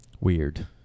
Weird